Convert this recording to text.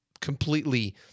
completely